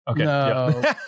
Okay